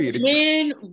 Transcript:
Men